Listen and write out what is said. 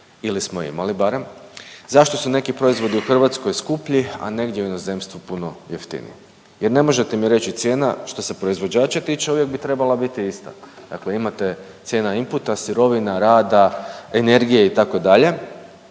ili smo imali barem, zašto su neki proizvodi u Hrvatskoj skuplji, a negdje u inozemstvu puno jeftiniji jer ne možete mi reći cijena što se proizvođača tiče uvijek bi trebala biti ista. Dakle, imate cijena inputa sirovina, rada, energije itd.,